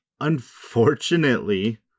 unfortunately